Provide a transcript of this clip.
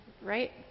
right